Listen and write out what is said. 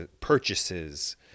purchases